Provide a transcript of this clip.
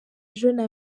jeune